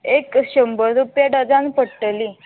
एक शंबर रुपया डजन पडटलीं